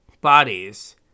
bodies